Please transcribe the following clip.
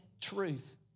truth